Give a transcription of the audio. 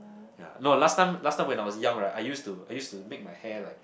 ya no last time last time when I was young right I used to I used to make my hair like